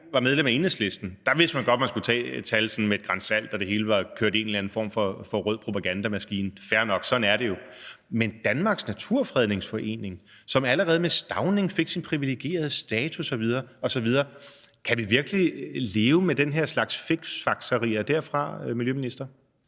var medlem af Enhedslisten, vidste man godt, at man skulle tage tal sådan med et gran salt, når det hele var kørt ind i sådan en eller anden form for rød propagandamaskine; fair nok, sådan er det jo. Men en anden ting er Danmarks Naturfredningsforening, som allerede med Stauning fik sin privilegerede status osv. osv. Kan vi virkelig leve med den her slags fiksfakserier derfra, miljøminister?